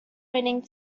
winning